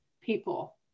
people